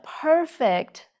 perfect